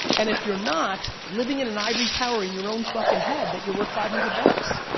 and if you're not, living in an ivory tower in your own fucking head that you're worth five hundred bucks,